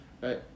Right